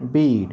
Beed